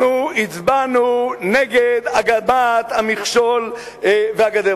אנחנו הצבענו נגד הקמת המכשול והגדר.